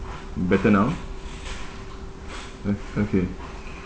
better now uh okay